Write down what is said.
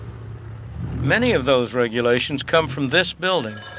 many of those regulations come from this building.